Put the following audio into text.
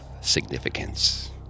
significance